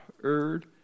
heard